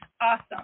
Awesome